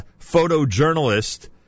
photojournalist